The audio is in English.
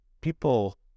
people